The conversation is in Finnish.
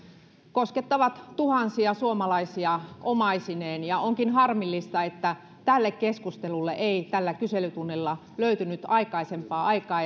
koskettavat tuhansia suomalaisia omaisineen onkin harmillista että tälle keskustelulle ei tällä kyselytunnilla löytynyt aikaisempaa aikaa